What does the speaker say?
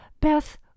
Beth